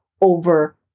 over